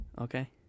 Okay